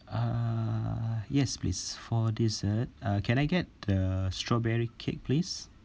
uh yes please for this uh uh can I get the strawberry cake please